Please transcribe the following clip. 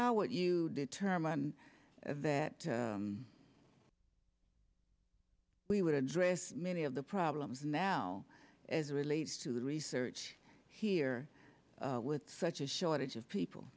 what you determine that we would address many of the problems now as it relates to the research here with such a shortage of people